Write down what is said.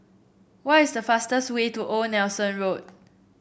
what is the fastest way to Old Nelson Road